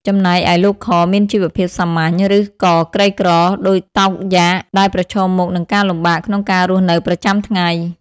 ចំណែកឯលោក ខ មានជីវភាពសាមញ្ញ ឬក៏ក្រីក្រដូចតោកយ៉ាក ដែលប្រឈមមុខនឹងការលំបាកក្នុងការរស់នៅប្រចាំថ្ងៃ។